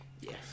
Yes